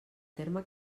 terme